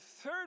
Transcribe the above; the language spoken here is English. third